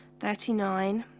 thirty nine